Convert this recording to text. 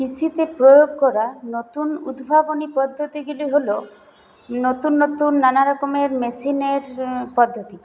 কৃষিতে প্রয়োগ করা নতুন উদ্ভাবনী পদ্ধতিগুলি হল নতুন নতুন নানা রকমের মেশিনের পদ্ধতি